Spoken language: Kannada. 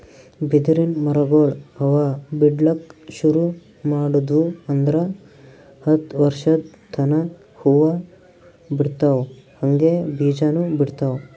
ಬಿದಿರಿನ್ ಮರಗೊಳ್ ಹೂವಾ ಬಿಡ್ಲಕ್ ಶುರು ಮಾಡುದ್ವು ಅಂದ್ರ ಹತ್ತ್ ವರ್ಶದ್ ತನಾ ಹೂವಾ ಬಿಡ್ತಾವ್ ಹಂಗೆ ಬೀಜಾನೂ ಬಿಡ್ತಾವ್